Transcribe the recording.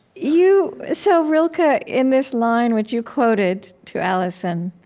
you so rilke, ah in this line, which you quoted to allison,